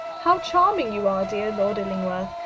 how charming you are, dear lord illingworth.